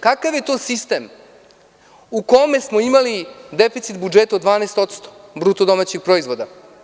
Kakav je to sistem u kome smo imali deficit budžeta od 12% bruto domaćeg proizvoda?